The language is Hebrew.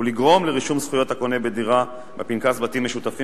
ולגרום לרישום זכויות הקונה בדירה בפנקס בתים משותפים